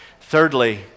Thirdly